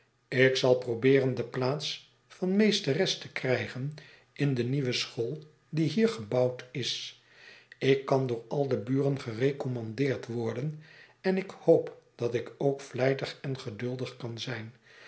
ik zal probeeren de plaats van meesteres te krijgen in de nieuwe school die hier gebouwd is ik kan door al de buren gerecommandeerd worden en ik hoop dat ik ook vlijtig en geduldig kan zijn